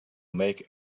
make